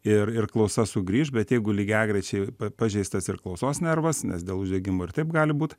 ir ir klausa sugrįš bet jeigu lygiagrečiai pažeistas ir klausos nervas nes dėl uždegimo ir taip gali būt